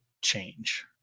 change